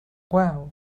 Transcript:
wow